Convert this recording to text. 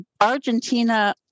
Argentina